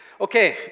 Okay